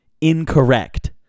Incorrect